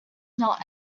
not